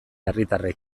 herritarrek